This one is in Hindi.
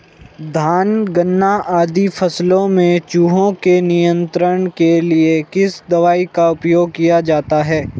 धान गन्ना आदि फसलों में चूहों के नियंत्रण के लिए किस दवाई का उपयोग किया जाता है?